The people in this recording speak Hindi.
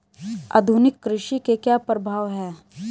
आधुनिक कृषि के क्या प्रभाव हैं?